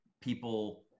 people